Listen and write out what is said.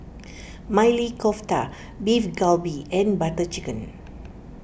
Maili Kofta Beef Galbi and Butter Chicken